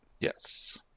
Yes